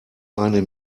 eine